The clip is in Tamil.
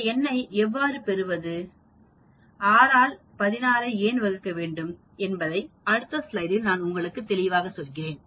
இந்த எண்ணை எவ்வாறு பெறுவது6 ஆல் 16 ஏன் வகுக்க வேண்டும் என்பதை அடுத்த ஸ்லைடில் நான் உங்களுக்கு சொல்கிறேன்